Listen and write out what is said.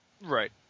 Right